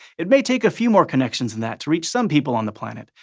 it may take a few more connections than that to reach some people on the planet,